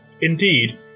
indeed